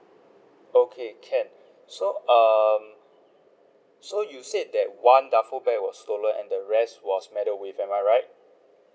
okay can so um so you said that one duffle bag was stolen and the rest was meddled with am I right